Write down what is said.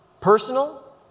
Personal